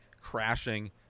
crashing